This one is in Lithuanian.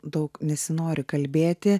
daug nesinori kalbėti